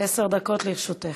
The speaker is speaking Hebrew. עשר דקות לרשותך.